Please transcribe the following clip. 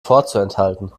vorzuenthalten